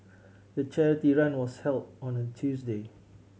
the charity run was held on a Tuesday